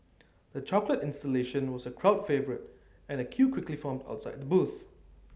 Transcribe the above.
the chocolate installation was A crowd favourite and A queue quickly formed outside the booth